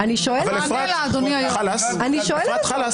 זה לא שאין מקום להסדרת אי-השפיטות של חוקי היסוד,